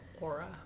aura